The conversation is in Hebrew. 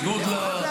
די, די, די.